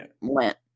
went